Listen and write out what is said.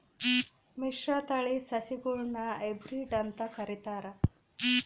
ಮಿಶ್ರತಳಿ ಸಸಿಗುಳ್ನ ಹೈಬ್ರಿಡ್ ಅಂತ ಕರಿತಾರ